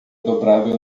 dobrável